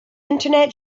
internet